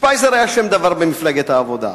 שפייזר היה שם דבר במפלגת העבודה.